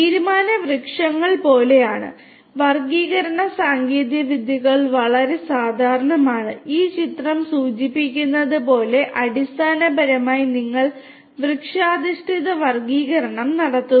തീരുമാന വൃക്ഷങ്ങൾ പോലെയുള്ള വർഗ്ഗീകരണ സാങ്കേതികവിദ്യകൾ വളരെ സാധാരണമാണ് ഈ ചിത്രം സൂചിപ്പിക്കുന്നതുപോലെ അടിസ്ഥാനപരമായി നിങ്ങൾ വൃക്ഷാധിഷ്ഠിത വർഗ്ഗീകരണം നടത്തുന്നു